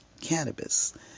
cannabis